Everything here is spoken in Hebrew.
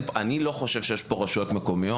אני לא חושב שיש פה סתם ככה רשויות מקומיות,